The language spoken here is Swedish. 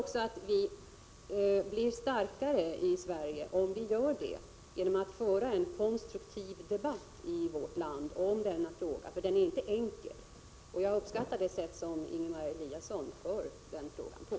Jag tror att vi i Sverige blir starkare i de diskussionerna genom att föra en konstruktiv debatt i vårt land om denna fråga, för den är inte enkel, och jag uppskattar Ingemar Eliassons sätt att föra debatten.